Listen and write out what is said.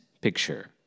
picture